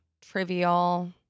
trivial